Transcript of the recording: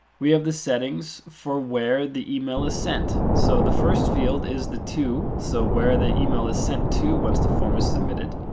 we have the settings for where the email is sent. so the first field is the to, so where the email is sent to once the form is submitted.